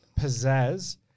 pizzazz